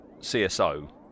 CSO